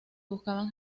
buscaban